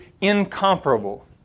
incomparable